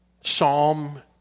Psalm